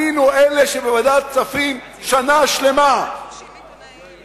היינו אלה שבוועדת הכספים שנה שלמה תמכנו,